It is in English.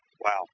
Wow